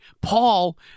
Paul –